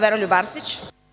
Veroljub Arsić.